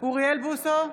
אוריאל בוסו,